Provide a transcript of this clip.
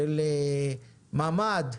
של ממ"ד,